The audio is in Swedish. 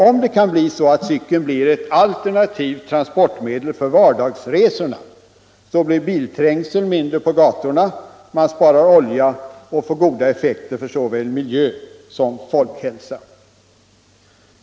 Om cykeln kan bli ett 83 alternativt transportmedel för vardagsresorna blir bilträngseln mindre på gatorna, man sparar olja och man får goda effekter för såväl miljö som folkhälsa.